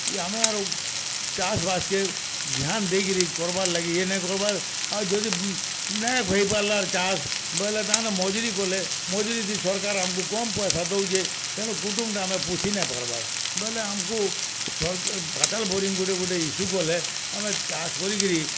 ଇ ଆମେ ଆରୁ ଚାଷ୍ ବାଷ୍ କେ ଧ୍ୟାନ୍ ଦେଇକିରି କର୍ବା ଲାଗି ଇଏ ନାଇଁ କର୍ବାର୍ ଆଉ ଯଦି ନାଇଁ ହେଇପାର୍ଲା ଅର୍ ଚାଷ୍ ବଇଲେ ତାର୍ ମାନେ ମଜରୀ କଲେ ମଜରୀଥି ସରକାର୍ ଆମକୁ କମ୍ ପଇସା ଦେଉଛେ ତେଣୁ କୁଟୁମ୍ ଟା ଆମେ ପୁଷି ନାଇଁ ପାର୍ବାର୍ ବଇଲେ ଆମ୍କୁ ପାତାଲ୍ ବୁରିଙ୍ଗ୍ ଗୁଟେ ଗୁଟେ ଇସୁ କଲେ ଆମେ ଚାଷ୍ କରିକରି